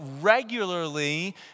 regularly